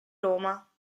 roma